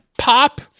pop